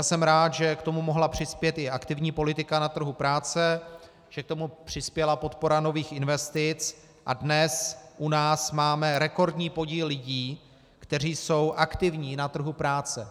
Jsem rád, že k tomu mohla přispět i aktivní politika na trhu práce, že k tomu přispěla podpora nových investic, a dnes u nás máme rekordní podíl lidí, kteří jsou aktivní na trhu práce.